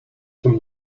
from